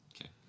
Okay